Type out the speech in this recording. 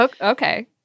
Okay